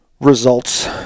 results